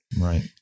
Right